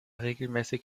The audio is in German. regelmäßig